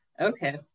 Okay